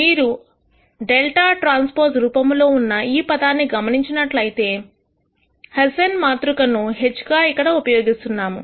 మీరు δT రూపములో ఉన్న ఈ పదాన్ని గమనించినట్లయితేహెస్సేన్ మాతృక ను H గా ఇక్కడ ఉపయోగిస్తున్నాను